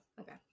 okay